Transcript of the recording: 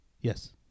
Yes